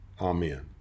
Amen